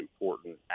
important